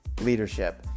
leadership